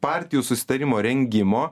partijų susitarimo rengimo